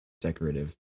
decorative